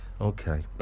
okay